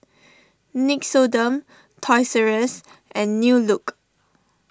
Nixoderm Toys R U S and New Look